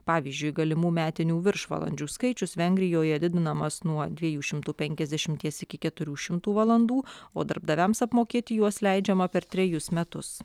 pavyzdžiui galimų metinių viršvalandžių skaičius vengrijoje didinamas nuo dviejų šimtų penkiasdešimties iki keturių šimtų valandų o darbdaviams apmokėti juos leidžiama per trejus metus